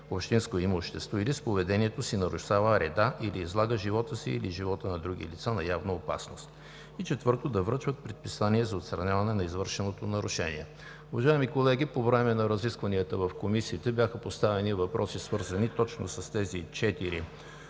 общинско имущество, или с поведението си нарушава реда или излага живота си или живота на други лица на явна опасност; 4. Да връчва предписания за отстраняване на извършеното нарушение. Уважаеми колеги, по време на разискванията в комисиите бяха поставени въпроси, свързани точно с тези четири